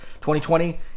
2020